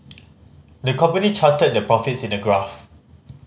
the company charted their profits in a graph